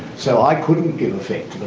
so i couldn't give effect